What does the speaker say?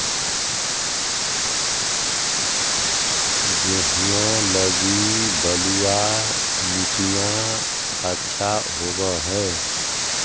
गेहुआ लगी बलुआ मिट्टियां अच्छा होव हैं?